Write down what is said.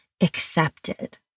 accepted